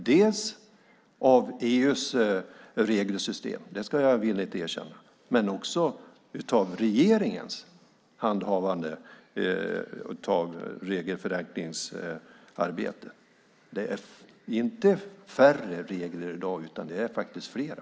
Dels beror det på EU:s regelsystem, det ska jag villigt erkänna, men också på regeringens handhavande av regelförenklingsarbetet. Det är inte färre regler i dag, utan det är faktiskt flera.